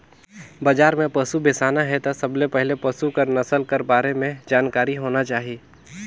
बजार में पसु बेसाना हे त सबले पहिले पसु कर नसल कर बारे में जानकारी होना चाही